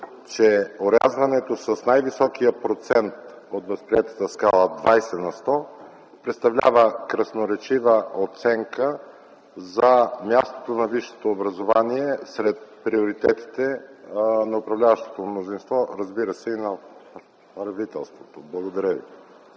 че орязването с най-високия процент от възприетата скала – 20 на сто, представлява красноречива оценка за мястото на висшето образование сред приоритетите на управляващото мнозинство, разбира се, и на правителството. Благодаря ви.